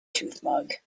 toothmug